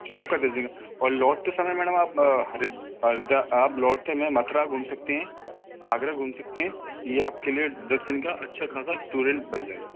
जो आपका दे और लौटते समय मैडम आप हरिद्वार का आप लौटते हुए मथुरा घूम सकती हैं आगरा घूम सकती हैं ये आपके लिए दस दिन का अच्छा खासा टूर एंड बन जाएगा